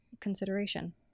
consideration